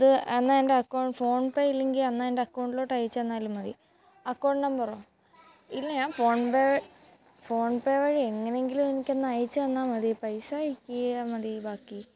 അത് എന്നാ എന്റെ അക്കൗണ്ട് ഫോൺപേ ഇല്ലെങ്കിൽ എന്നാ എന്റെ അക്കൗണ്ടിലോട്ട് അയച്ചു തന്നാലും മതി അക്കൗണ്ട് നമ്പറോ ഇല്ല ഞാന് ഫോണ് പേ ഫോണ് പേ വഴിയോ എങ്ങനെങ്കിലും എനിക്ക് ഒന്ന് അയച്ചു തന്നാല് മതി പൈസ അയക്കാ മതി ബാക്കി